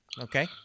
Okay